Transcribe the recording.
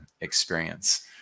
experience